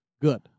Good